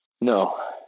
No